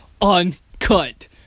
Uncut